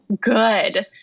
good